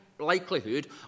likelihood